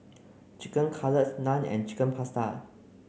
chicken Cutlet Naan and Chicken Pasta